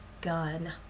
gun